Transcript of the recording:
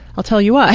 i'll tell you why.